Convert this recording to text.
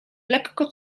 lekko